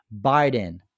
Biden